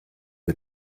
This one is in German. wir